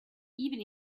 even